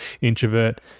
introvert